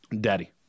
Daddy